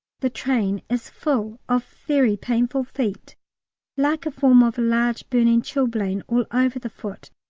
the train is full of very painful feet like a form of large burning chilblain all over the foot,